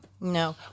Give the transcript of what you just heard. No